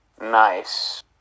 Nice